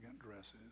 dresses